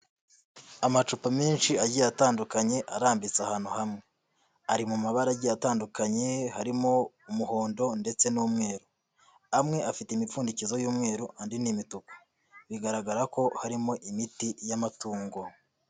Amacupa menshi agiye atandukanye arambitse ahantu hamwe ari mu mabara agiye atandukanye harimo umuhondo ndetse n'umweru, amwe afite imipfundikizo y'umweru andi n'imituku, bigaragara ko harimo imiti y'amatungo.